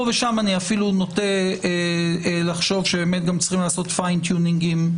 פה ושם אפילו אני נוטה לחשוב שצריך לעשות פיין טיונינגים.